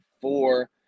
four –